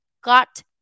got